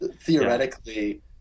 Theoretically